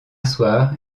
soir